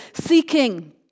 Seeking